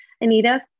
Anita